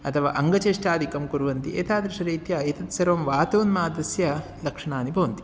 अथवा अङ्गचेष्टादिकं कुर्वन्ति एतादृशरीत्या एतानि सर्वाणि वातोन्मादस्य लक्षणानि भवन्ति